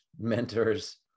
mentors